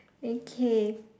okay